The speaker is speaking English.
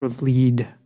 lead